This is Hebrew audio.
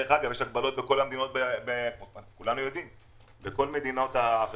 יש מגבלות בכל המדינות,